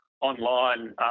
online